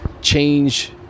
change –